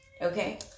Okay